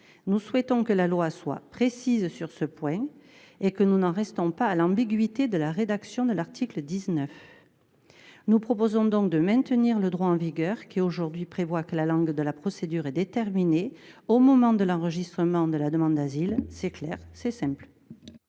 Nous souhaitons que la loi soit précise sur ce point et que nous n’en restions pas à l’ambiguïté de la rédaction actuelle de l’article 19. Nous proposons donc de maintenir le droit en vigueur, qui prévoit que la langue de la procédure est déterminée au moment de l’enregistrement de la demande d’asile ; cette rédaction est claire